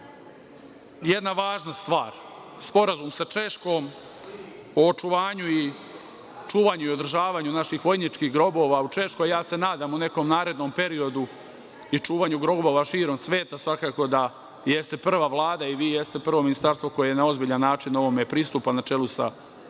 zaista važna stvar – Sporazum sa Češkom o očuvanju, čuvanju i održavanju naših vojničkih grobova u Češkoj. Ja se nadam, u nekom narednom periodu, i čuvanju grobova širom sveta. Svakako da je ovo prva Vlada i vi jeste prvo Ministarstvo koje na ozbiljan način ovome pristupa, na čelu sa